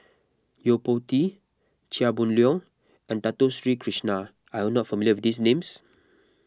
Yo Po Tee Chia Boon Leong and Dato Sri Krishna are you not familiar with these names